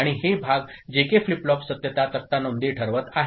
आणि हे भाग जेके फ्लिप फ्लॉप सत्यता तक्ता नोंदी ठरवत आहेत